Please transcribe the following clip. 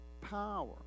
power